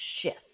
shift